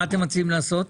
מה אתם מציעים לעשות?